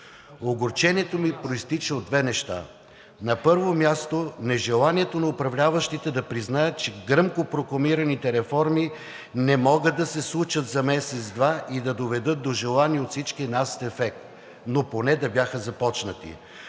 Огорчението ми произтича от две неща. На първо място, нежеланието на управляващите да признаят, че гръмко прокламираните реформи не могат да се случат за месец-два и да доведат до желания от всички нас ефект, но поне да бяха започнати.